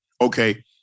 okay